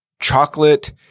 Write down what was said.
chocolate